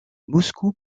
moscou